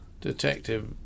detective